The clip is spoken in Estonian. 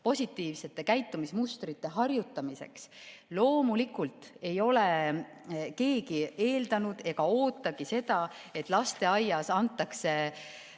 positiivsete käitumismustrite harjutamiseks. Loomulikult ei ole keegi eeldanud ega ootagi seda, et lasteaias antakse